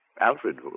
Alfred